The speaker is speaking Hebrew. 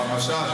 הרב משאש.